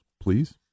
please